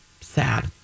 sad